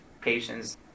patients